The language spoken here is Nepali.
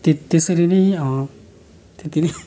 त्यति त्यसरी नै त्यति नै